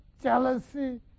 jealousy